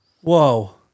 Whoa